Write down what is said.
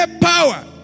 power